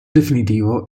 definitivo